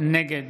נגד